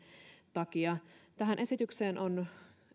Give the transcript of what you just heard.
takia tähän esitykseen ovat